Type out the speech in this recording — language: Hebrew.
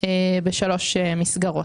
בשלוש מסגרות.